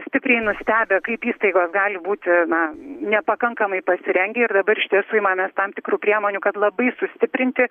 stipriai nustebę kaip įstaigos gali būti na nepakankamai pasirengę ir dabar iš tiesų imamės tam tikrų priemonių kad labai sustiprinti